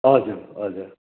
हजुर हजुर